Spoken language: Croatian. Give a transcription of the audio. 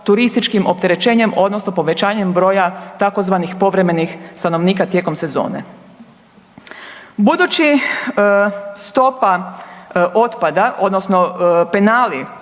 turističkim opterećenjem odnosno povećanjem broja tzv. povremenih stanovnika tijekom sezone. Budući stopa otpada odnosno penali,